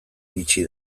iritsi